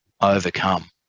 overcome